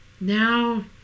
Now